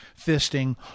fisting